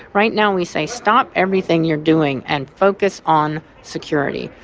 right now we say stop everything you're doing and focus on security.